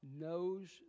knows